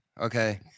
Okay